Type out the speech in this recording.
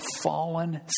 fallen